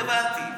לא הבנתי.